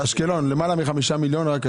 מ-5 מיליון.